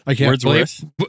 Wordsworth